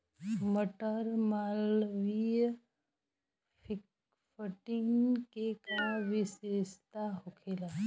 मटर मालवीय फिफ्टीन के का विशेषता होखेला?